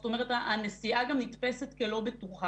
זאת אומרת הנסיעה גם נתפסת כלא בטוחה.